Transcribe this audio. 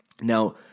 Now